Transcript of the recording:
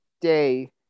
day